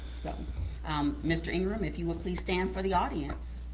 so um mr. ingram, if you would please stand for the audience.